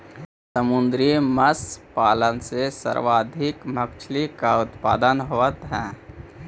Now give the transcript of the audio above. समुद्री मत्स्य पालन से सर्वाधिक मछली का उत्पादन होवअ हई